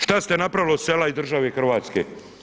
Šta ste napravili od sela i države Hrvatske.